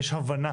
יש הבנה